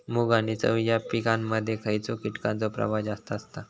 मूग आणि चवळी या पिकांमध्ये खैयच्या कीटकांचो प्रभाव जास्त असता?